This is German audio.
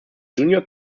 junior